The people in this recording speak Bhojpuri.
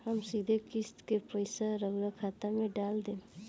हम सीधे किस्त के पइसा राउर खाता में डाल देम?